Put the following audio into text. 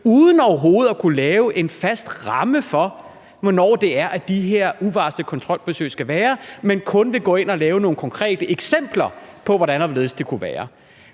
uden overhovedet at kunne lave en fast ramme for, hvornår det er, de her uvarslede kontrolbesøg skal være. Man vil kun gå ind og lave nogle konkrete eksempler på, hvordan og hvorledes det kunne være.